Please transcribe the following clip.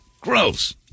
Gross